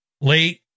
late